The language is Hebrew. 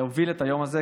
להוביל את היום הזה.